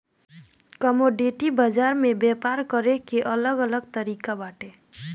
commodity बाजार में व्यापार करे के अलग अलग तरिका बाटे